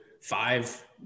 five